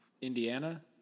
Indiana